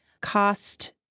cost